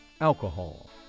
alcohol